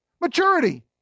Maturity